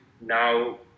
now